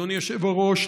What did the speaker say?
אדוני היושב-ראש,